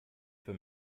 für